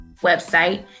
website